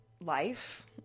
life